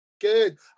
good